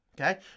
okay